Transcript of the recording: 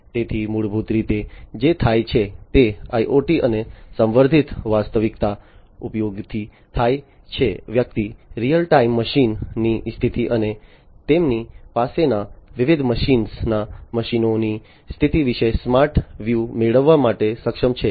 તેથી મૂળભૂત રીતે જે થાય છે તે IoT અને સંવર્ધિત વાસ્તવિકતાના ઉપયોગથી થાય છે વ્યક્તિ રીઅલ ટાઇમ મશીનની સ્થિતિ અને તેમની પાસેના વિવિધ મશીનોના મશીનોની સ્થિતિ વિશે સ્માર્ટ વ્યુ મેળવવા માટે સક્ષમ છે